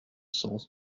sens